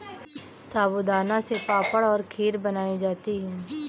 साबूदाना से पापड़ और खीर बनाई जाती है